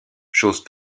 chose